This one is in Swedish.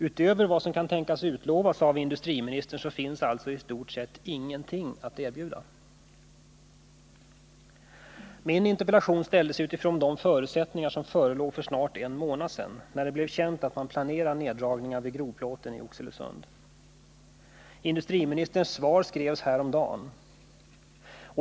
Utöver vad som kan tänkas utlovas av industriministern finns alltså i stort sett ingenting att erbjuda. Min interpellation ställdes utifrån de förutsättningar som förelåg för snart en månad sedan, när det blev känt att man planerar neddragningar vid grovplåten i Oxelösund. Industriministerns svar skrevs häromdagen.